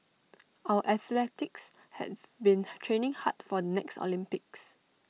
our athletes have been training hard for next Olympics